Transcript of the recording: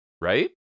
Right